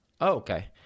okay